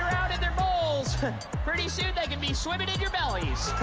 in their bowls. pretty soon they can be swimming in your bellies.